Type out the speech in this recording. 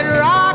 rock